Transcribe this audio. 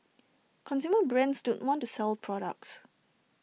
consumer brands don't want to sell products